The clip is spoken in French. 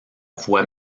voie